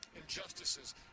injustices